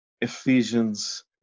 Ephesians